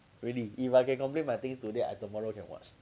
really if I can complete my things today I tomorrow can watch